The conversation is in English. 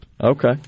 Okay